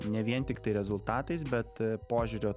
ne vien tiktai rezultatais bet požiūrio